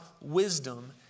wisdom